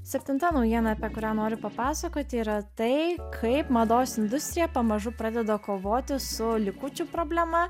septinta naujiena apie kurią noriu papasakoti yra tai kaip mados industrija pamažu pradeda kovoti su likučių problema